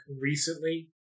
recently